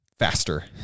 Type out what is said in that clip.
faster